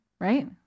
right